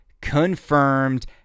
confirmed